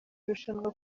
irushanwa